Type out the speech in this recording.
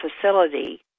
facility